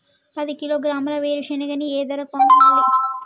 పది కిలోగ్రాముల వేరుశనగని ఏ ధరకు అమ్మాలి?